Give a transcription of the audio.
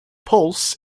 pulse